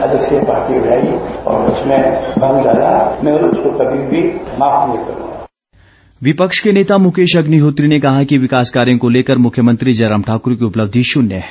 अग्निहोत्री विपक्ष के नेता मुकेश अग्निहोत्री ने कहा है कि विकास कार्यों को लेकर मुख्यमंत्री जयराम ठाकुर की उपलब्धि शून्य है